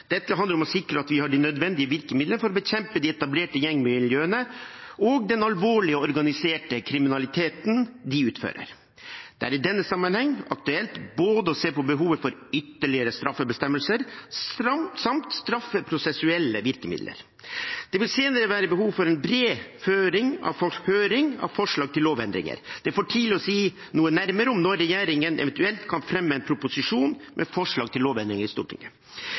Dette handler om å sikre at vi har de nødvendige virkemidlene for å bekjempe de etablerte gjengmiljøene og den alvorlige organiserte kriminaliteten de utfører. Det er i denne sammenheng aktuelt å se på både behovet for ytterligere straffebestemmelser og straffeprosessuelle virkemidler. Det vil senere være behov for en bred høring av forslag til lovendringer. Det er for tidlig å si noe nærmere om når regjeringen eventuelt kan fremme en proposisjon med forslag til lovendringer i Stortinget.